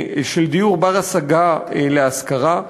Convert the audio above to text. בר-השגה להשכרה,